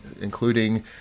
including